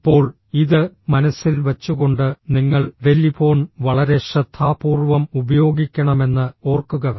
ഇപ്പോൾ ഇത് മനസ്സിൽ വച്ചുകൊണ്ട് നിങ്ങൾ ടെലിഫോൺ വളരെ ശ്രദ്ധാപൂർവ്വം ഉപയോഗിക്കണമെന്ന് ഓർക്കുക